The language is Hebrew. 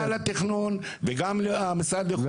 גם מינהל התכנון וגם המשרד לאיכות הסביבה.